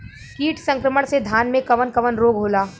कीट संक्रमण से धान में कवन कवन रोग होला?